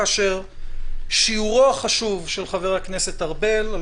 כאשר שיעורו החשוב של חבר הכנסת ארבל על